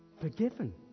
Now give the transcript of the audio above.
Forgiven